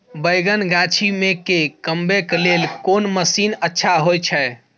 बैंगन गाछी में के कमबै के लेल कोन मसीन अच्छा होय छै?